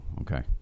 okay